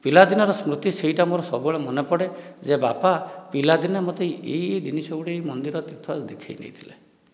ପିଲାଦିନ ର ସ୍ମୃତି ସେଇଟା ମୋର ସବୁବେଳେ ମନେ ପଡ଼େ ଯେ ବାପା ପିଲାଦିନେ ମୋତେ ଏଇ ଏଇ ଜିନିଷ ଗୁଡ଼ିଏ ମନ୍ଦିର ଥରେ ଦେଖେଇ ନେଇଥିଲେ